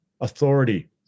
authority